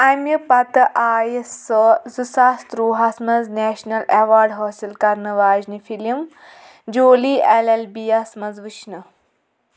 اَمہِ پتہٕ آیہِ سۄ زٕ ساس تٔروہَس منٛز نیشنَل ایٚوارڈ حٲصِل کرنہٕ واجنہِ film Jolly L L B یس منٛز وٕچھنہٕ